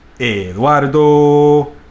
eduardo